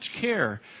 care